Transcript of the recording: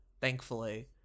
Thankfully